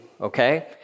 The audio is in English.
okay